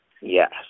Yes